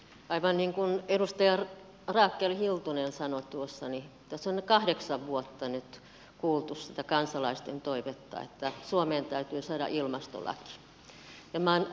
aivan niin kuin edustaja rakel hiltunen sanoi tuossa tässä on kahdeksan vuotta nyt kuultu sitä kansalaisten toivetta että suomeen täytyy saada ilmastolaki